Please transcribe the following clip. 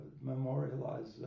memorialize